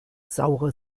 saure